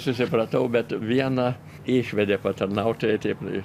susipratau bet vieną išvedė patarnautojai taip